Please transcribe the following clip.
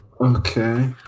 Okay